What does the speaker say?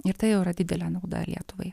ir tai jau yra didelė nauda lietuvai